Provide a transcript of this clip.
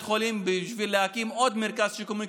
החולים בשביל להקים עוד מרכז שיקומי,